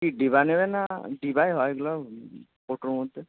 কি ডিবায় নেবেন না ডিবায় হয় এগুলো কৌটোর মধ্যে